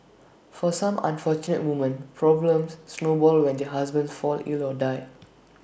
for some unfortunate woman problems snowball when their husbands fall ill or die